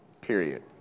period